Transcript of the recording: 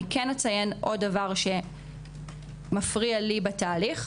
אני כן אציין עוד דבר שמפריע לי בתהליך,